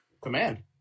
command